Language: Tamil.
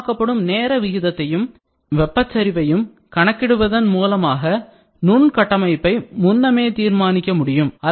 திடம் ஆக்கப்படும் நேர விகிதத்தையும் வெப்பச் சரிவையும் கணக்கிடுவதன் மூலமாக நுண் கட்டமைப்பை முன்னமே தீர்மானிக்க முடியும்